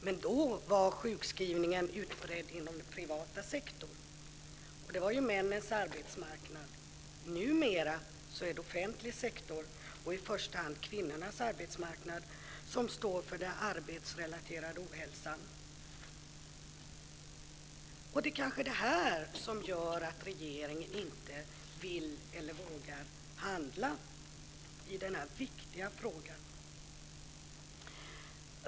Men då var sjukskrivningen utbredd inom den privata sektorn, och det var männens arbetsmarknad. Numera är det offentlig sektor, och i första hand kvinnornas arbetsmarknad, som står för den arbetsrelaterade ohälsan. Det är kanske det här som gör att regeringen inte vill eller vågar handla i denna viktiga fråga.